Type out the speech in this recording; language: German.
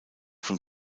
von